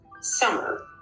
summer